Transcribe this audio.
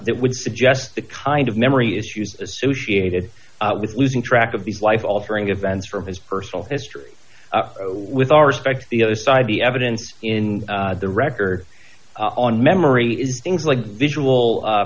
that would suggest the kind of memory issues associated with losing track of these life altering events from his personal history with all respect the other side the evidence in the record on memory is things like visual